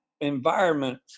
environment